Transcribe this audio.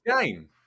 game